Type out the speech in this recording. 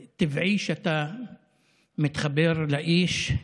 זה טבעי שאתה מתחבר לאיש,